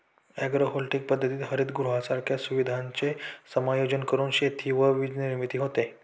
agrovoltaic पद्धतीत हरितगृहांसारख्या सुविधांचे समायोजन करून शेती व वीजनिर्मितीही होते